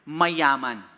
mayaman